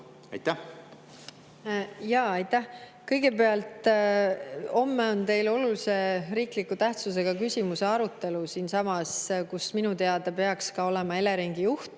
tegema. Aitäh! Kõigepealt, homme on teil olulise riikliku tähtsusega küsimuse arutelu siinsamas, kus minu teada peaks olema Eleringi juht